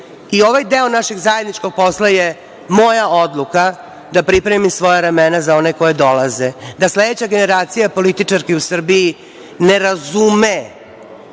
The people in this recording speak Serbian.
imamo. Ovaj deo našeg zajedničkog posla je moja odluka da pripremim svoja ramena za one koje dolaze, da sledeća generacija političarki u Srbiji ne razume